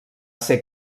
ser